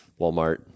Walmart